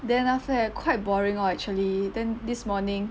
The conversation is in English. then after that quite boring lor actually then this morning